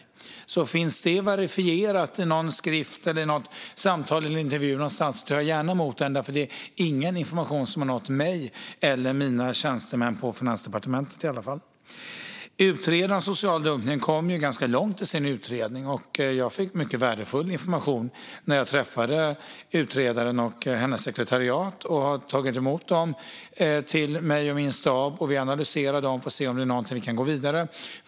Om detta finns verifierat i en skrift, ett samtal eller en intervju någonstans tar jag gärna emot det, för det är inte information som har nått mig eller mina tjänstemän på Finansdepartementet. Utredningen om social dumpning kom ganska långt, och jag fick mycket värdefull information när jag träffade utredaren och hennes sekretariat. Jag och min stab har tagit emot den och analyserar den för att se om det är något vi kan gå vidare med.